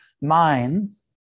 minds